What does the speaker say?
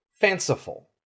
fanciful